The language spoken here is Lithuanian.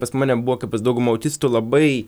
pas mane buvo kaip pas daugumą autistų labai